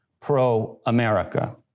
pro-America